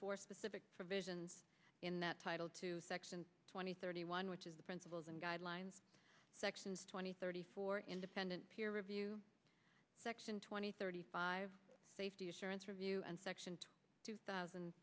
four specific provisions in that title two section twenty thirty one which is the principles and guidelines sections twenty thirty four independent peer review section twenty thirty five safety assurance review and section two thousand